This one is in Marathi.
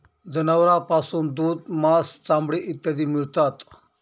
जनावरांपासून दूध, मांस, चामडे इत्यादी मिळतात